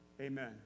Amen